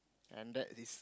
and that is